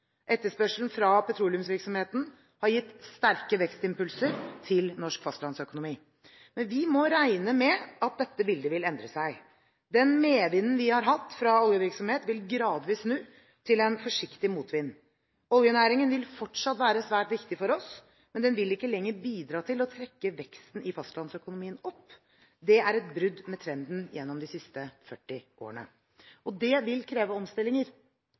Etterspørselen fra petroleumsvirksomheten har gitt sterke vekstimpulser til norsk fastlandsøkonomi. Men vi må regne med at dette bildet vil endre seg. Den medvinden vi har hatt fra oljevirksomhet, vil gradvis snu til en forsiktig motvind. Oljenæringen vil fortsatt være svært viktig for oss, men den vil ikke lenger bidra til å trekke veksten i fastlandsøkonomien opp. Det er et brudd med trenden gjennom de siste 40 årene. Det vil kreve omstillinger.